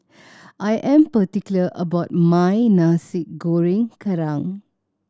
I am particular about my Nasi Goreng Kerang